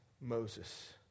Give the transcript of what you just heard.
Moses